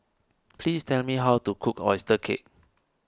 please tell me how to cook Oyster Cake